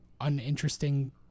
uninteresting